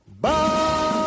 Bye